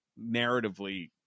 narratively